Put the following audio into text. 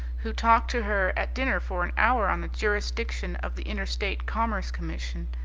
who talked to her at dinner for an hour on the jurisdiction of the interstate commerce commission,